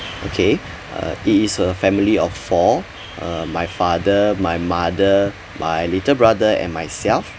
okay uh it is a family of four uh my father my mother my little brother and myself